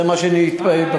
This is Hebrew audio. זה מה שאני התבקשתי.